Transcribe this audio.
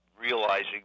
realizing